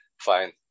Fine